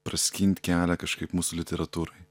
praskint kelią kažkaip mūsų literatūrai